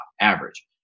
average